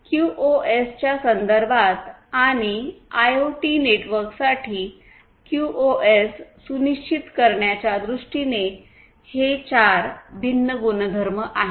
क्यूओएसच्या संदर्भात आणि आयओटी नेटवर्कसाठी क्यूओएस सुनिश्चित करण्याच्या दृष्टीने हे 4 भिन्न गुणधर्म आहेत